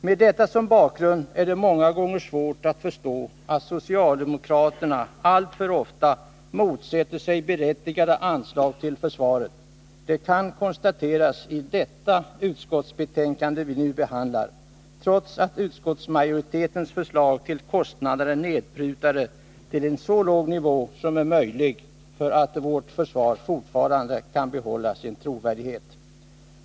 Med detta som bakgrund är det många gånger svårt att förstå att socialdemokraterna så ofta motsätter sig berättigade anslag till försvaret. Det kan konstateras att så sker också i det utskottsbetänkande vi nu behandlar, trots att utskottsmajoritetens förslag till kostnader är nedprutade till lägsta möjliga nivå för att vårt försvar fortfarande skall kunna behålla sin trovärdighet.